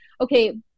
okay